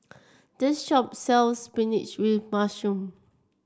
this shop sells spinach with mushroom